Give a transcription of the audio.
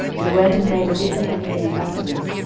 and went and made as if they had been ambassadors,